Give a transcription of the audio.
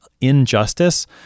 injustice